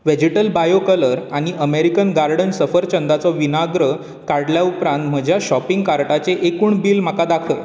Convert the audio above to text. vegetal bio colour आनी American garden सफरचंदाचो विनाग्र काडल्या उपरान म्हज्या शॉपींग कार्टाचें एकूण बील म्हाका दाखय